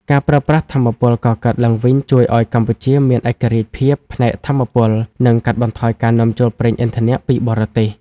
ការប្រើប្រាស់ថាមពលកកើតឡើងវិញជួយឱ្យកម្ពុជាមានឯករាជ្យភាពផ្នែកថាមពល និងកាត់បន្ថយការនាំចូលប្រេងឥន្ធនៈពីបរទេស។